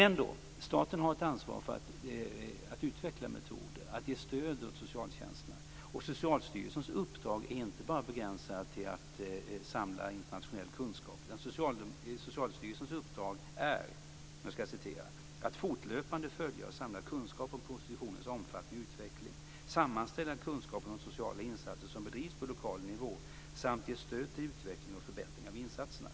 Men staten har ändå ett ansvar för att utveckla metoder och att ge stöd åt socialtjänsterna. Socialstyrelsens uppdrag är inte heller begränsat till att bara samla internationell kunskap. Socialstyrelsens uppdrag är att fortlöpande följa och samla kunskap om prostitutionens omfattning och utveckling, sammanställa kunskapen om sociala insatser som bedrivs på lokal nivå samt ge stöd till utveckling och förbättring av insatserna.